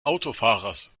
autofahrers